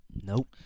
Nope